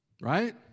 right